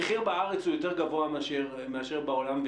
המחיר בארץ יותר גבוה מאשר בעולם,